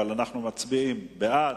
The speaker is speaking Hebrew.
אבל אנחנו מצביעים בעד,